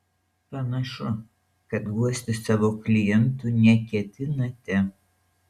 panašu kad guosti savo klientų neketinate